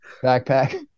backpack